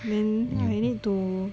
then I need to